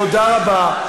תודה רבה.